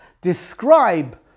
describe